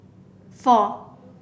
four